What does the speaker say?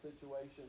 situation